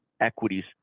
equities